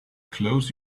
close